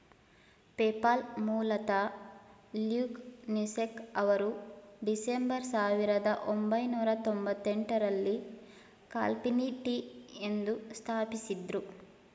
PayPal ಮೂಲತಃ Luke Nosek ಅವರು December ಸಾವಿರದ ಒಂಬೈನೂರ ತೊಂಭತ್ತೆಂಟು ರಲ್ಲಿ ಕಾನ್ಫಿನಿಟಿ ಎಂದು ಸ್ಥಾಪಿಸಿದ್ದ್ರು